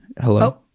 hello